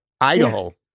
Idaho